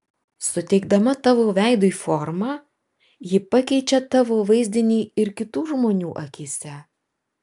suteikdama tavo veidui formą ji pakeičia tavo vaizdinį ir kitų žmonių akyse